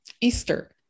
Easter